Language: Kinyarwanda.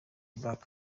back